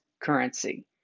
currency